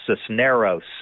Cisneros